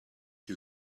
you